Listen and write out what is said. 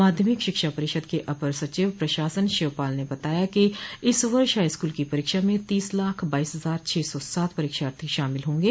माध्यमिक शिक्षा परिषद के अपर सचिव प्रशासन शिवपाल ने बताया कि इस वर्ष हाईस्कूल की परीक्षा में तीस लाख बाईस हजार छह सौ सात परीक्षार्थी शामिल होंगे